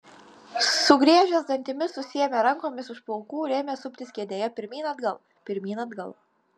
sugriežęs dantimis susiėmė rankomis už plaukų ir ėmė suptis kėdėje pirmyn atgal pirmyn atgal